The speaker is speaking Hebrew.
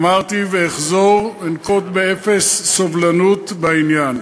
אמרתי ואחזור: אנקוט אפס סובלנות בעניין.